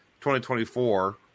2024